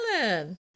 Ellen